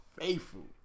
faithful